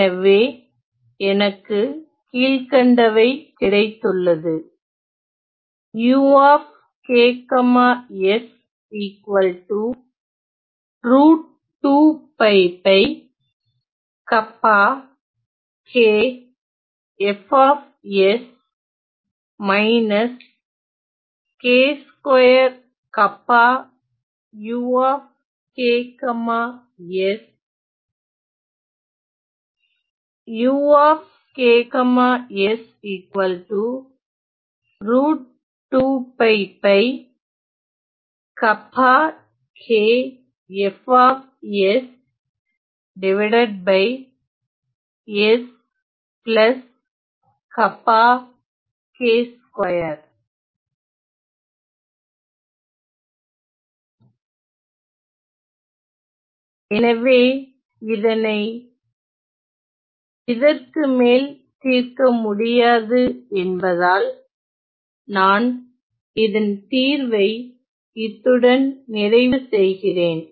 எனவே எனக்கு கீழ்க்கண்டவை கிடைத்துள்ளது எனவே இதனை இதற்குமேல் தீர்க்க முடியாது என்பதால் நான் இதன் தீர்வை இத்துடன் நிறைவு செய்கிறேன்